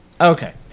Okay